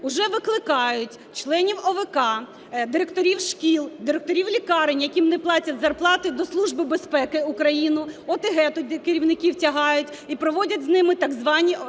Уже викликають членів ОВК, директорів шкіл, директорів лікарень, яким не платять зарплати, до Служби безпеки України, ОТГ керівників туди тягають і проводять з ними так звані